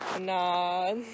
Nah